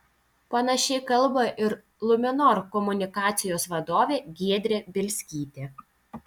panašiai kalba ir luminor komunikacijos vadovė giedrė bielskytė